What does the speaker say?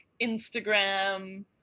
Instagram